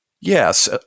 Yes